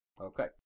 Okay